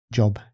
job